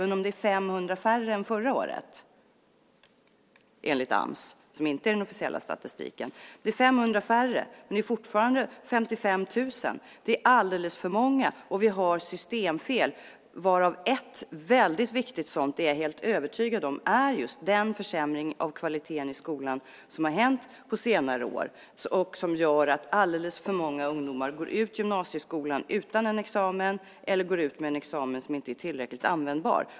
Även om det är 500 färre än förra året enligt Ams, som inte är den officiella statistiken, är det 55 000, och det är alldeles för många. Vi har systemfel, och ett väldigt viktigt sådant, är jag helt övertygad om, är just den försämring av kvaliteten i skolan som har hänt på senare år och som gör att alldeles för många ungdomar går ut gymnasieskolan utan en examen eller med en examen som inte är tillräckligt användbar.